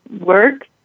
work